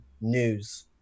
news